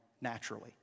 naturally